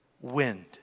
wind